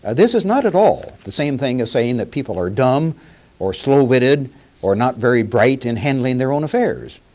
this is not at all the same thing as saying that people are dumb or slow-witted or not very bright in handling their own affairs.